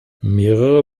mehrere